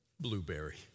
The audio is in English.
blueberry